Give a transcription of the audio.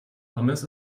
pommes